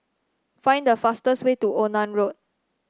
find the fastest way to Onan Road